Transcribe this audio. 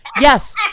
Yes